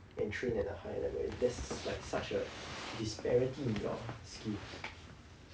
and train at a high level when there's like such a disparity in your skills